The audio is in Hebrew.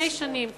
שלפני שנים,